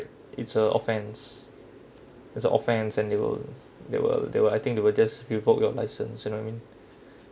it's a offence it's a offense and they will they will they will I think they will just revoke your license you know I mean